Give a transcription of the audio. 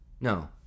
no